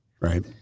Right